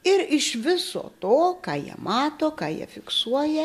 ir iš viso to ką jie mato ką jie fiksuoja